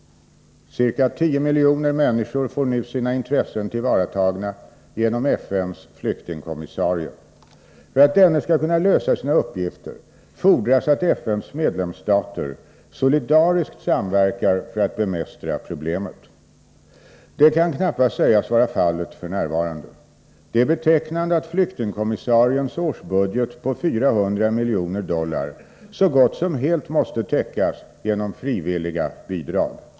Ca 10 miljoner människor får nu sina intressen tillvaratagna genom FN:s flyktingkommissarie. För att denne skall kunna lösa sina uppgifter fordras att FN:s medlemsstater solidariskt samverkar för att bemästra problemen. Detta kan knappast sägas vara fallet f. n. Det är betecknande att flyktingkommissariens årsbudget på 400 miljoner dollar så gott som helt måste täckas genom frivilliga bidrag.